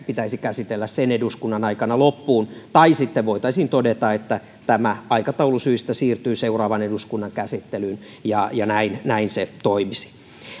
pitäisi käsitellä sen eduskunnan aikana loppuun tai sitten voitaisiin todeta että tämä aikataulusyistä siirtyy seuraavan eduskunnan käsittelyyn ja ja näin näin se toimisi